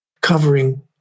Covering